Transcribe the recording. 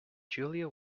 julia